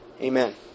Amen